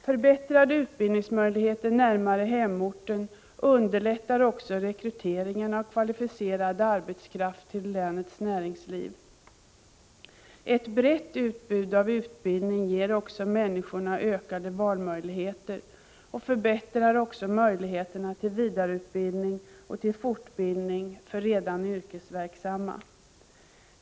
Förbättrade utbildningsmöjligheter närmare hemorten underlättar också rekryteringen av kvalificerad arbetskraft till länets näringsliv. Ett brett utbud av utbildning ger också människorna ökade valmöjligheter och förbättrar även förutsättningarna för vidareutbildning och fortbildning för redan yrkesverksamma.